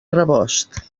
rebost